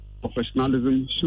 professionalism